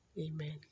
Amen